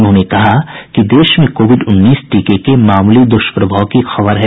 उन्होंने कहा कि देश में कोविड उन्नीस टीके के मामूली दुष्प्रभाव की खबर है